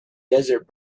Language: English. desert